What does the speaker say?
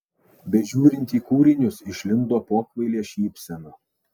bežiūrint į kūrinius išlindo pokvailė šypsena